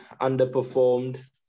underperformed